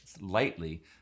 lightly